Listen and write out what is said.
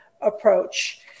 approach